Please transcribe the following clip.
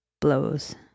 blows